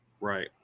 Right